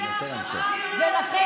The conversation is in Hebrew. " יהיו נושאי המשרה משרתי החברה